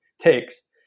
takes